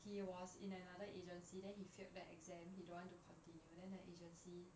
he was in another agency then he failed that exam he don't want to continue then the agency